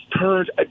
turned